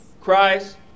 Christ